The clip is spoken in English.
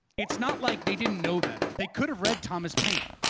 it's not like they didn't know better. they could have read thomas paine,